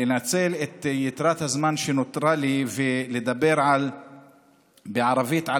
לנצל את יתרת הזמן שנותרה לי ולדבר בערבית על